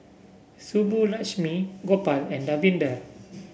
Subbulakshmi Gopal and Davinder